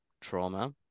trauma